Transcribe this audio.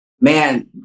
Man